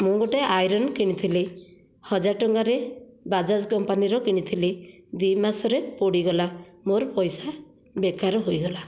ମୁଁ ଗୋଟିଏ ଆଇରନ୍ କିଣିଥିଲି ହଜାର ଟଙ୍କାରେ ବଜାଜ୍ କମ୍ପାନୀର କିଣିଥିଲି ଦୁଇ ମାସରେ ପୋଡ଼ିଗଲା ମୋର ପଇସା ବେକାର ହୋଇଗଲା